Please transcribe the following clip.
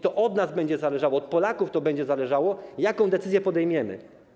To od nas będzie zależało, od Polaków będzie zależało, jaką decyzję podejmą.